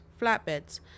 flatbeds